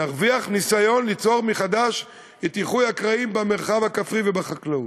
נרוויח ניסיון ליצור מחדש את איחוי הקרעים במרחב הכפרי ובחקלאות,